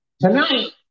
Tonight